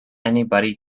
anybody